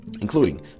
including